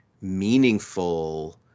meaningful